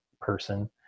person